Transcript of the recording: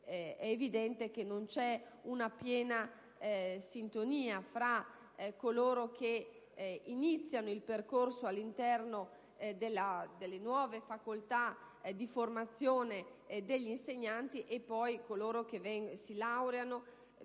è evidente che non c'è una piena sintonia fra coloro che iniziano il percorso all'interno delle nuove facoltà di formazione degli insegnanti e coloro che poi si laureano,